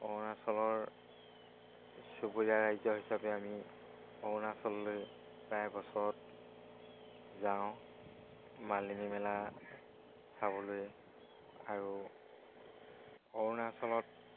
অৰুণাচলৰ চুবুৰীয়া ৰাজ্য হিচাপে আমি অৰুণাচললৈ প্ৰায় বছৰত যাওঁ মালিনী মেলা চাবলৈ আৰু অৰুণাচলত